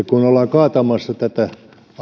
kun ollaan kaatamassa tätä asiaa